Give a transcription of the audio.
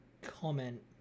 Comment